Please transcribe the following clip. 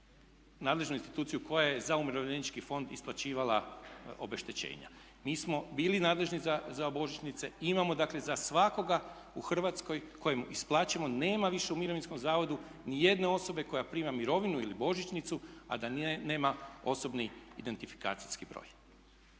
koja je za umirovljenički fond isplaćivala obeštećenja. Mi smo bili nadležni za božićnice, imamo dakle za svakoga u Hrvatskoj kojemu isplaćujemo. Nema više u mirovinskom zavodu ni jedne osobe koja prima mirovinu ili božićnicu, a da nema osobni identifikacijski broj.